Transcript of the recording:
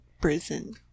prison